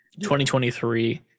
2023